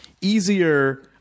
easier